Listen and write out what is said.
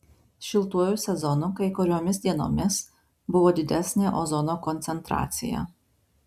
šiltuoju sezonu kai kuriomis dienomis buvo didesnė ozono koncentracija